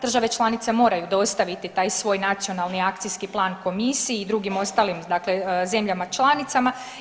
Države članice moraju dostaviti taj svoj Nacionalni akcijski plan Komisiji i drugim ostalim, dakle zemljama članicama.